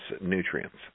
nutrients